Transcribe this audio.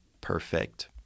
perfect